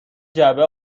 جعبه